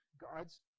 God's